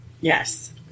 Yes